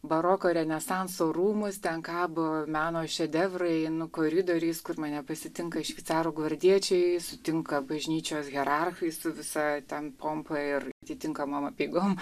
baroko renesanso rūmus ten kabo meno šedevrai nu koridoriais kur mane pasitinka šveicarų gvardiečiai sutinka bažnyčios hierarchai su visa ten pompa ir titinkamom apeigom